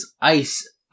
ice